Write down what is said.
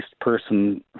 person